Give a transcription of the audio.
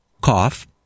cough